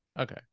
okay